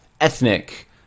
ethnic